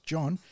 John